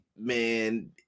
Man